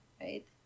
right